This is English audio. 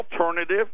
alternative